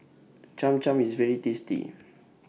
Cham Cham IS very tasty